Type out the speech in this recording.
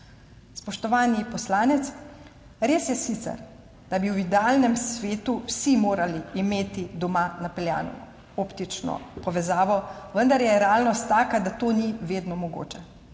Spoštovani poslanec, res je sicer, da bi v idealnem svetu vsi morali imeti doma napeljano optično povezavo, vendar je realnost taka, da to ni vedno mogoče,